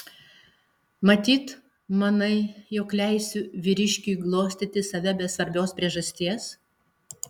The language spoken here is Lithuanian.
matyt manai jog leisiu vyriškiui glostyti save be svarbios priežasties